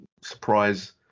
surprise